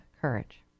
courage